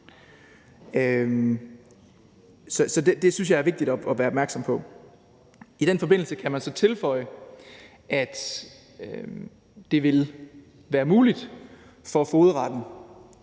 Det synes jeg er vigtigt at være opmærksom på. I den forbindelse kan man så tilføje, at det vil være muligt for fogedretten